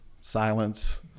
silence